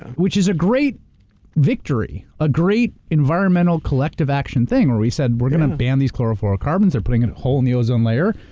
which is a great victory. a great environmental collective action thing, where we said, we're gonna ban there chlorofluorocarbons, they're putting a hole in the ozone layer.